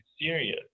serious